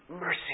mercy